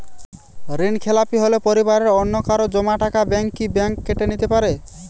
ঋণখেলাপি হলে পরিবারের অন্যকারো জমা টাকা ব্যাঙ্ক কি ব্যাঙ্ক কেটে নিতে পারে?